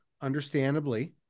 understandably